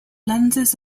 lenses